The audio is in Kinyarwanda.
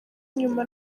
inyuma